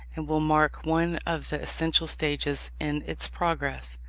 and will mark one of the essential stages in its progress.